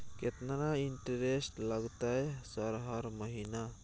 केतना इंटेरेस्ट लगतै सर हर महीना?